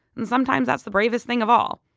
and sometimes that's the bravest thing of all.